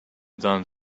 done